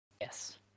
Yes